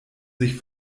sich